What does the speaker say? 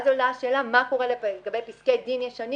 עולה השאלה מה קורה לגבי פסקי דין ישנים